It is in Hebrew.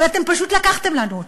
אבל אתם פשוט לקחתם לנו אותה.